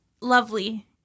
lovely